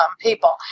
people